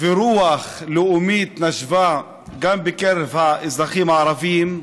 רוח לאומית נשבה גם בקרב האזרחים הערבים,